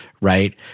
right